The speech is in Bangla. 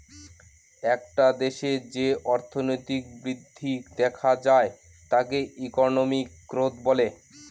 একটা দেশে যে অর্থনৈতিক বৃদ্ধি দেখা যায় তাকে ইকোনমিক গ্রোথ বলে